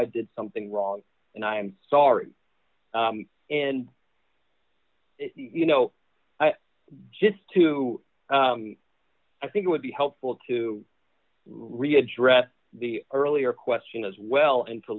i did something wrong and i am sorry and you know i'm just too i think it would be helpful to really address the earlier question as well and to